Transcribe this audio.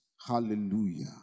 hallelujah